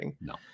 No